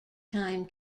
time